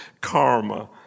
Karma